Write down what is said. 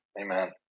Amen